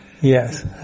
Yes